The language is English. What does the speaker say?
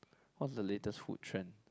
what's the latest food trend